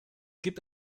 gibt